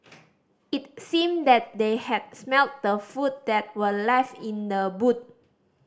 it seemed that they had smelt the food that were left in the boot